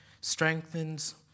strengthens